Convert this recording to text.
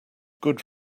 good